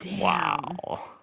Wow